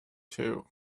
too